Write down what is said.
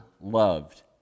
loved